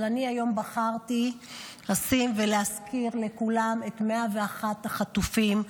אבל אני היום בחרתי לשים ולהזכיר לכולם את 101 החטופים,